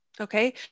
okay